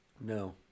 No